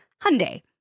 Hyundai